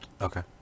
Okay